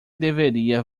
deveria